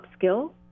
upskill